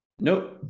nope